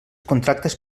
contractes